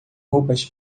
roupas